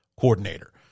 coordinator